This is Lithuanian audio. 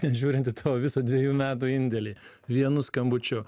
ten žiūrint į tavo visą dviejų metų indėlį vienu skambučiu